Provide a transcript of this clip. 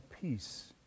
peace